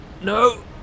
No